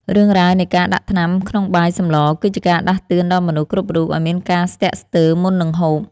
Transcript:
រឿងរ៉ាវនៃការដាក់ថ្នាំក្នុងបាយ សម្ល គឺជាការដាស់តឿនដល់មនុស្សគ្រប់រូបឱ្យមានការស្ទាក់ស្ទើរមុននឹងហូប។